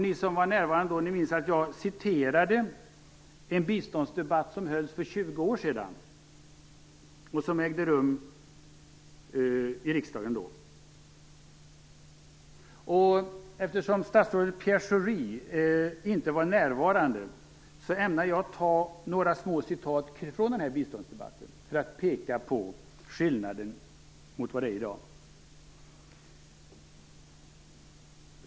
Ni som var närvarande då minns att jag citerade en biståndsdebatt som hölls för Schori inte var närvarande ämnar jag läsa upp några små citat från denna biståndsdebatt för att peka på vilken skillnad det är på den mot hur det är i dag.